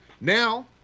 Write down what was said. Now